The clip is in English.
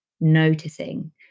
noticing